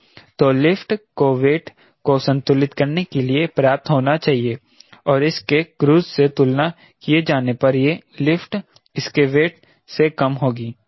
तो लिफ्ट को वेट को संतुलित करने के लिए पर्याप्त होना चाहिए और इसके क्रूज़ से तुलना किए जाने पर यह लिफ्ट इसके वेट से कम होगी